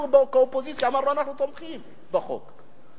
אנחנו כאופוזיציה אמרנו שאנחנו תומכים בחוק,